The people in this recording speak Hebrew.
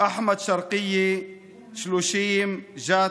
אחמד שרקייה, 30, ג'ת,